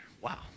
Wow